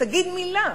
תגיד מלה.